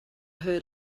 her